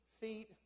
feet